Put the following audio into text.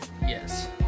Yes